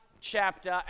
chapter